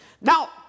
Now